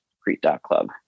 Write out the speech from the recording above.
crete.club